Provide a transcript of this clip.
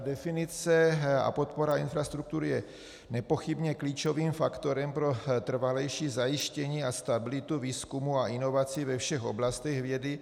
definice a podpora infrastruktury je nepochybně klíčovým faktorem pro trvalejší zajištění a stabilitu výzkumu a inovací ve všech oblastech vědy.